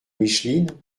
micheline